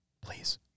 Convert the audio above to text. Please